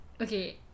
okay